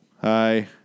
hi